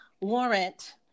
warrant